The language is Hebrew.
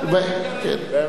ואז כל ההצהרות יהיו נכונות.